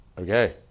Okay